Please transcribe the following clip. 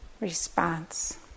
response